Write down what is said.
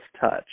touch